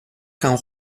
camp